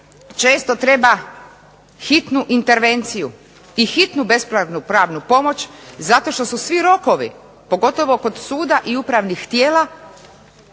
često treba hitnu intervenciju i hitnu besplatnu pravnu pomoć zato što su svi rokovi, pogotovo kod suda i upravnih tijela,